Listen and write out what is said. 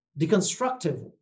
deconstructive